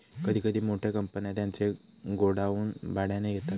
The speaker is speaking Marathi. कधी कधी मोठ्या कंपन्या त्यांचे गोडाऊन भाड्याने घेतात